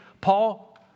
Paul